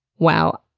wow.